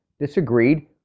disagreed